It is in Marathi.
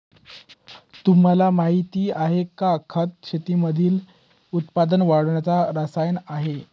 तुम्हाला माहिती आहे का? खत शेतीमधील उत्पन्न वाढवण्याच रसायन आहे